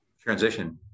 transition